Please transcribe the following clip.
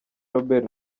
robert